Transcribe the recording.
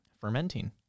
Fermenting